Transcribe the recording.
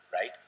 right